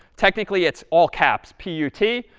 technically it's all caps, p u t,